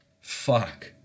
Fuck